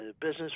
business